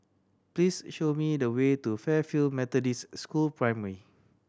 please show me the way to Fairfield Methodist School Primary